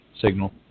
signal